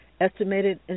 Estimated